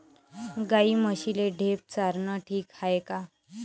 गाई म्हशीले ढेप चारनं ठीक हाये का?